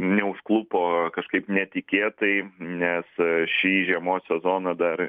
neužklupo kažkaip netikėtai nes šį žiemos sezoną dar